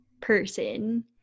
person